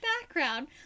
background